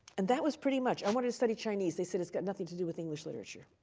and that was pretty much. i wanted to study chinese. they said, it's got nothing to do with english literature.